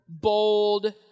bold